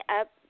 up